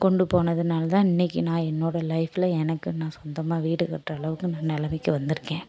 கொண்டு போனதுனால தான் இன்றைக்கி நான் என்னோடய லைஃப்பில் எனக்குன்னு நான் சொந்தமாக வீடு கட்டுற அளவுக்கு நான் நிலமைக்கி வந்துருக்கேன்